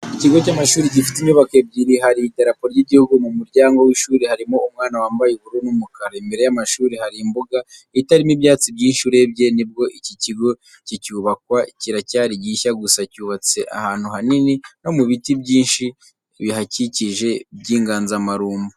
Ikigo cy'amashuri gifite inyubako ebyiri, hari idarapo ry'igihugu, mu muryango w'ishuri harimo umwana wambaye ubururu n'umukara. Imbere y'amashuri hari imbuga itarimo ibyatsi byinshi, urebye nibwo iki kigo kicyubakwa kiracyari gishya, gusa cyubatse ahantu hanini no mu biti byinshi bihakikije by'inganzamarumbo.